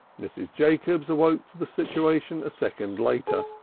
mrs. jacobs awoke to the situation a second later,